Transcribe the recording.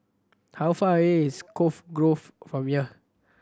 how far away is Cove Grove from here